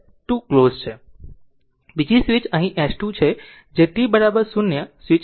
બીજો સ્વીચ અહીં S 2 છે જે t 0 સ્વીચ s 2 ક્લોઝ છે